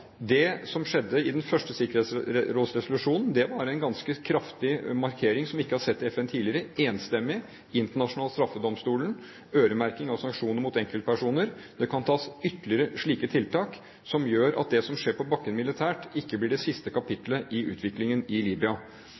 Det som skjedde i den første sikkerhetsrådsresolusjonen, var en ganske kraftig markering som vi ikke har sett i FN tidligere: enstemmig en internasjonal straffedomstol og øremerking av sanksjoner mot enkeltpersoner. Det kan gjøres ytterligere slike tiltak som gjør at det som skjer på bakken militært, ikke blir det siste kapittelet i utviklingen i Libya.